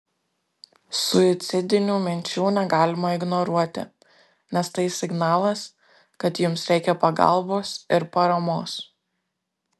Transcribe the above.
suicidinių minčių negalima ignoruoti nes tai signalas kad jums reikia pagalbos ir paramos